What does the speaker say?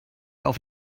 auf